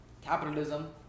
capitalism